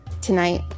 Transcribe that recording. tonight